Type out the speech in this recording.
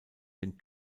den